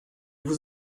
vous